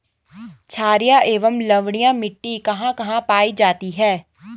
छारीय एवं लवणीय मिट्टी कहां कहां पायी जाती है?